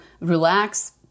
relax